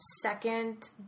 second